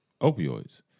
opioids